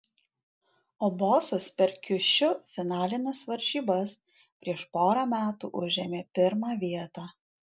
o bosas per kiušiu finalines varžybas prieš porą metų užėmė pirmą vietą